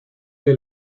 que